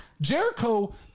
Jericho